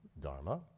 dharma